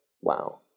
wow